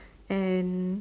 and